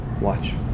watch